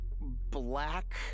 black